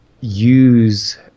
use